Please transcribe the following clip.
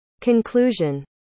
Conclusion